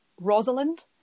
Rosalind